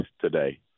today